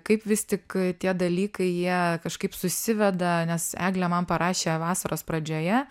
kaip vis tik tie dalykai jie kažkaip susiveda nes eglė man parašė vasaros pradžioje